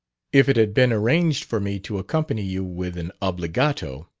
if it had been arranged for me to accompany you with an obbligato,